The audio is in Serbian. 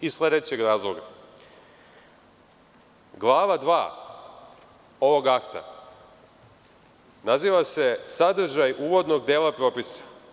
Iz sledećeg razloga, Glava 2. ovog akta naziva se „Sadržaj uvodnog dela propisa“